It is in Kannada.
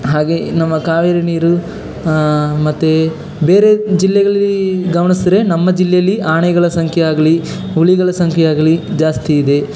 ಹಾಗೆ ನಮ್ಮ ಕಾವೇರಿ ನೀರು ಮತ್ತು ಬೇರೆ ಜಿಲ್ಲೆಗಳಲ್ಲಿ ಗಮನಿಸಿದ್ರೆ ನಮ್ಮ ಜಿಲ್ಲೆಯಲ್ಲಿ ಆನೆಗಳ ಸಂಖ್ಯೆ ಆಗಲೀ ಹುಲಿಗಳ ಸಂಖ್ಯೆ ಆಗಲೀ ಜಾಸ್ತಿ ಇದೆ